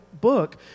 book